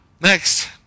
Next